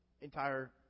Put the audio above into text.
entire